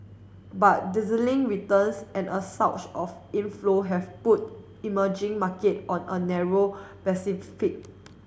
but dizzying returns and a surge of inflow have put emerging market on a narrow